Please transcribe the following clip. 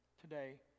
today